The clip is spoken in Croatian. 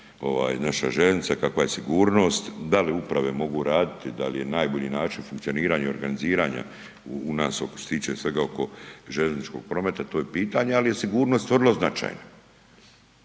naša željeznica, kakva je sigurnost. Da li uprave mogu raditi, da li je najbolji način funkcioniranja i organiziranja u nas što se tiče svega oko željezničkog prometa, to je pitanje, ali je sigurnost vrlo značajna.